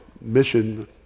mission